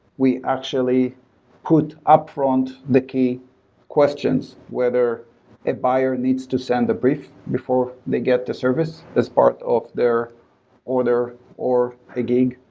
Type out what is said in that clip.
we actually put upfront the key questions, whether a buyer needs to send a brief before they get the service as part of their order or a gig,